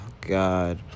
God